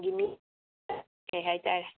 ꯀꯔꯤ ꯍꯥꯏꯇꯥꯔꯦ